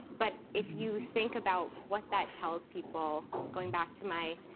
but if you think about what that tells people, going back to my